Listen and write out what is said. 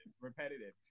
repetitive